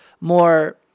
more